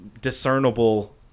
discernible